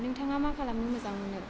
नोंथाङा मा खालामनो मोजां मोनो